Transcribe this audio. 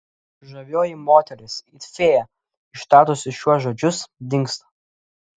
žavioji moteris it fėja ištarusi šiuos žodžius dingsta